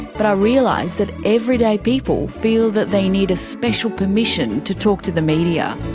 but i realised that everyday people feel that they need a special permission to talk to the media.